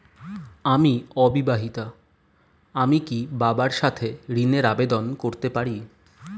আমি অবিবাহিতা আমি কি বাবার সাথে ঋণের আবেদন করতে পারি?